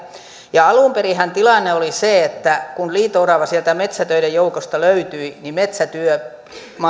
alun perinhän tilannehan oli se että kun liito orava sieltä metsätöiden joukosta löytyi niin metsätyömaa